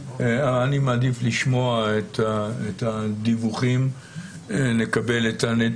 אני מעדיף לשמוע את הדיווחים והנתונים